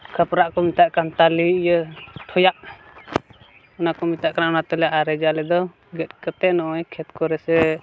ᱠᱷᱟᱯᱨᱟᱜ ᱠᱚ ᱢᱮᱛᱟᱜ ᱠᱟᱱ ᱛᱟᱞᱮ ᱤᱭᱟᱹ ᱴᱷᱚᱭᱟᱜ ᱚᱱᱟ ᱠᱚ ᱢᱮᱛᱟᱜ ᱠᱟᱱ ᱚᱱᱟ ᱛᱮᱞᱮ ᱟᱨᱮᱡᱟ ᱟᱞᱮᱫᱟ ᱜᱮᱫ ᱠᱟᱛᱮᱫ ᱱᱚᱜᱼᱚᱸᱭ ᱠᱷᱮᱛ ᱠᱚᱨᱮ ᱥᱮ